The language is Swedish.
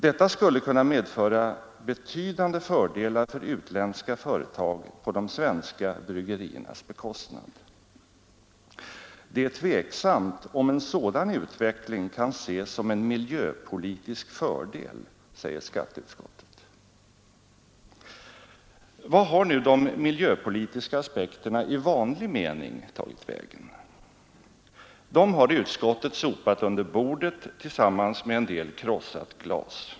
Detta skulle kunna medföra betydande fördelar för utländska företag på de svenska bryggeriernas bekostnad. ”Det är tveksamt om en sådan utveckling kan ses som en miljöpolitisk fördel”, säger skatteutskottet. Vart har nu de miljöpolitiska aspekterna i vanlig mening tagit vägen? Dem har utskottet sopat under bordet tillsammans med en del krossat glas.